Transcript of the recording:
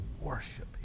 worship